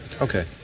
Okay